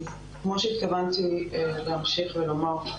כמו שהתכוונתי להמשיך ולומר,